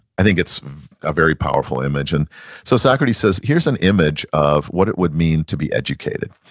i think it's a very powerful image. and so socrates says here's an image of what it would mean to be educated.